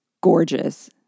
gorgeous